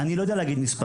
אני לא יודע להגיד מספר.